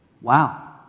Wow